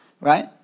Right